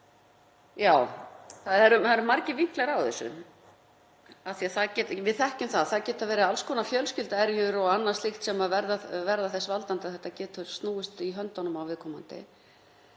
Það eru margir vinklar á þessu. Við þekkjum að það geta verið alls konar fjölskylduerjur og annað slíkt sem verða þess valdandi að þetta getur snúist í höndunum á viðkomandi.